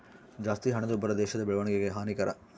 ಜಾಸ್ತಿ ಹಣದುಬ್ಬರ ದೇಶದ ಬೆಳವಣಿಗೆಗೆ ಹಾನಿಕರ